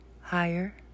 higher